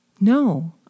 No